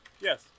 Yes